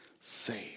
saved